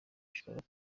gishobora